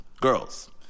Girls